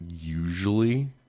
usually